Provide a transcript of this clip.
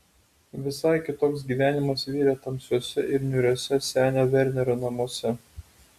visai kitoks gyvenimas virė tamsiuose ir niūriuose senio vernerio namuose